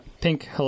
pink